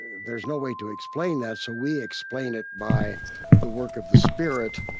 there's no way to explain that, so we explain it by the work of the spirit.